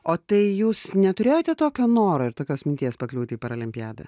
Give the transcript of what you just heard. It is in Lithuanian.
o tai jūs neturėjote tokio noro ir tokios minties pakliūt į paralimpiadą